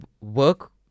work